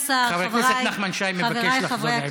חבר הכנסת נחמן שי מבקש לחזור לעברית.